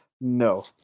No